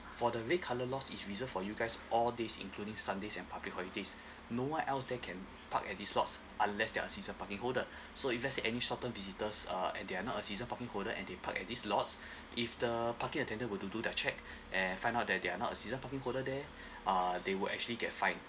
for the red colour lot is reserved for you guys all days including sundays and public holidays no one else that can park at this lots unless they're a season parking holder so if there's any short term visitors uh and they are not a season parking holder and they park at this lots if the parking attendant will do the check and find out that they are not a season parking holder there uh they will actually get fined